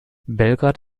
belgrad